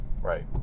Right